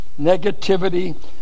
negativity